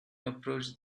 approached